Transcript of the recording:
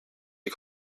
die